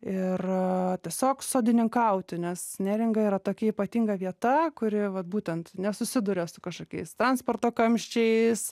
ir tiesiog sodininkauti nes neringa yra tokia ypatinga vieta kuri vat būtent nesusiduria su kažkokiais transporto kamščiais